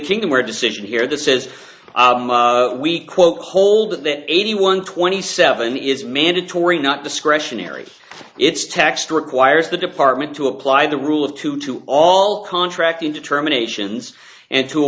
kingdom or decision here that says we quote hold that that eighty one twenty seven is mandatory not discretionary it's text requires the department to apply the rule of two to all contracting determinations and to